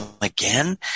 again